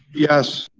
yes.